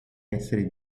esser